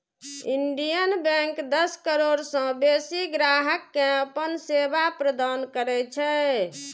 Indian Bank दस करोड़ सं बेसी ग्राहक कें अपन सेवा प्रदान करै छै